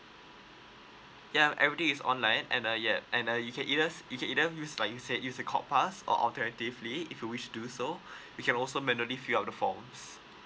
ya everything is online and uh ya and uh you can yes you can either use like you say it's a cop pass or alternatively if you wish to do so you can also manually fill up the forms